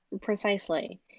precisely